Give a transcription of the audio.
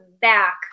back